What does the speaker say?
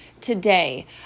today